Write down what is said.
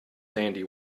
sandy